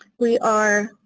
we are,